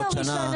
לו רשיון,